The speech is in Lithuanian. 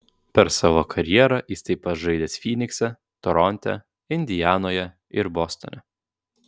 per savo karjerą jis taip pat žaidęs fynikse toronte indianoje ir bostone